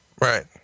right